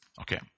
Okay